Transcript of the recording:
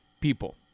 people